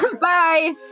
Bye